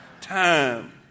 time